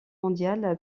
mondiale